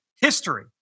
history